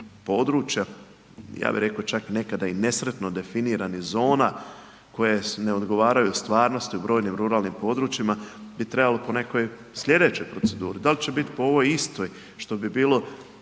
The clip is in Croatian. područja, ja bih rekao čak nekada i nesretno definiranih zona koje ne odgovaraju stvarnosti u brojnim ruralnim područjima bi trebalo po nekoj sljedećoj proceduri. Da li će biti po ovoj istoj, što bi bilo